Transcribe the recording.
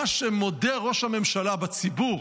מה שמודה ראש הממשלה בציבור